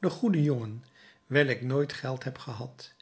de goede jongen wijl ik nooit geld heb gehad